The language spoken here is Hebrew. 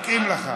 מתאים לך.